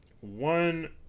one